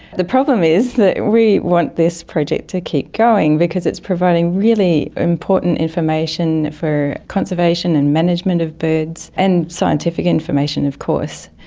the problem is that we want this project to keep going because it's providing really important information for conservation and management of birds, and scientific information of course.